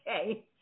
Okay